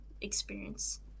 experience